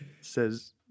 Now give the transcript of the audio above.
says